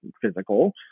physical